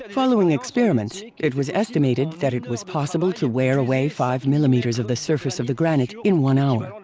following experiments, it was estimated that it was possible to wear away five millimeters of the surface of the granite in one hour.